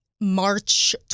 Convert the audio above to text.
March